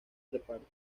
reparto